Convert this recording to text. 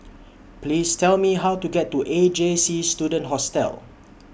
Please Tell Me How to get to A J C Student Hostel